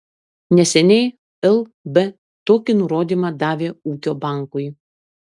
neseniai lb tokį nurodymą davė ūkio bankui